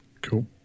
cool